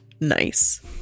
nice